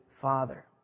Father